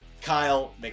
Kyle